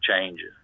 changes